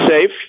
safe